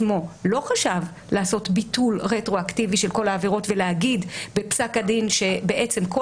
זו ההחלטה של מי שביצע את העבירה על חוק העזר.